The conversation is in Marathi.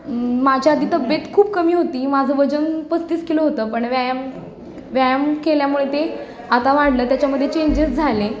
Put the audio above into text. माझ्या आधी तब्येत खूप कमी होती माझं वजन पस्तीस किलो होतं पण व्यायाम व्यायाम केल्यामुळे ते आता वाढलं त्याच्यामध्ये चेंजेस झाले